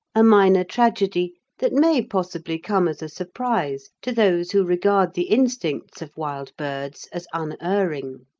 a minor tragedy that may possibly come as a surprise to those who regard the instincts of wild birds as unerring.